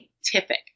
scientific